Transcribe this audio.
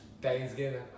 Thanksgiving